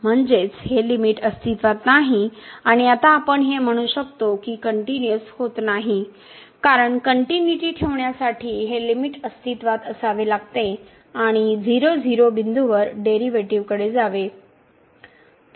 तर म्हणजेच हे लिमिट अस्तित्त्वात नाही आणि आता आपण हे म्हणू शकतो की कनटिन्यूअस होत नाही कारण कनटिन्यूटी ठेवण्यासाठी हे लिमिट अस्तित्त्वात असावे आणि 0 0 बिंदूवर डेरिवेटिवकडे जावे